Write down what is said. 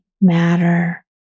matter